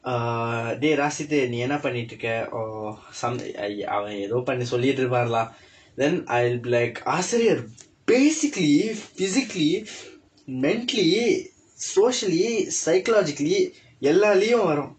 err dey rasid நீ என்ன பண்ணிட்டு இருக்கிற:nii enna pannitdu irukkira or some அவன் ஏதோ பண்ண சொல்லிட்டு இருப்பார்:avan eethoo panna sollitdu iruppaar lah then I will be like ஆசிரியர்:aasiriyar basically physically mentally socially psychologically எல்லா லீயும் வரும்:ella liyum varum